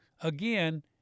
again